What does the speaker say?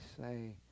say